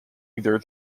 either